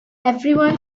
everyone